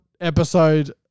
episode